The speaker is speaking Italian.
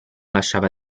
lasciava